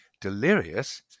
delirious